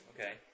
Okay